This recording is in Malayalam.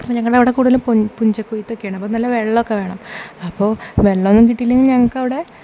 ഞങ്ങളുടെ അവിടെ കൂടുതലും പുഞ്ചക്കൊഴുത്തൊക്കെയാണ് അപ്പോൾ നല്ല വെള്ളമൊക്കെ വേണം അപ്പോൾ വെള്ളമൊന്നും കിട്ടിയില്ലെങ്കിൽ ഞങ്ങൾക്കവിടെ